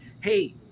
hey